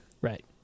Right